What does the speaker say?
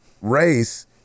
race